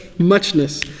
muchness